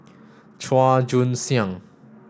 Chua Joon Siang